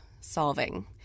solving